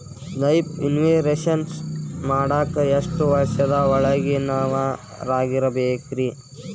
Life insurance ಮಾಡಾಕ ಎಷ್ಟು ವರ್ಷದ ಒಳಗಿನವರಾಗಿರಬೇಕ್ರಿ?